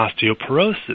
osteoporosis